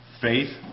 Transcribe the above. faith